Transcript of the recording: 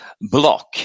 block